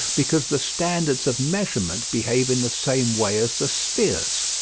because the standards of measurement behave in the same way as the spheres.